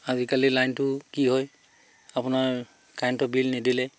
আজিকালি লাইনটোও কি হয় আপোনাৰ কাৰেণ্টৰ বিল নিদিলে